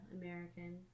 American